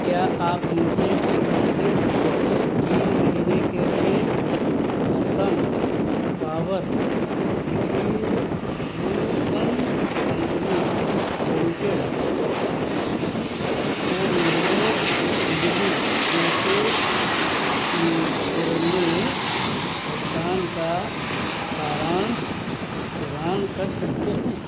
क्या आप मुझे पिछले पिछले तीन महीने के लिए Assam power distribution company limited को मेरे बिजली बिल के पूर्ण भुगतान का सारांश प्रदान कर सकते है